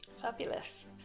Fabulous